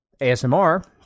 ASMR